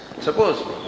Suppose